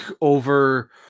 over